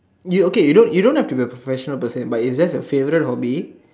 you okay you you don't have to be professional per Se but it's just a favourite for me